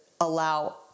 allow